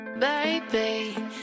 Baby